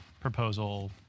proposal